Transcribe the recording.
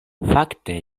fakte